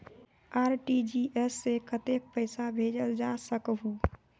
RTGS से कतेक पैसा भेजल जा सकहु???